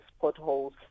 potholes